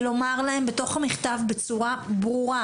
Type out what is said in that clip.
ולומר להם בתוך המכתב בצורה ברורה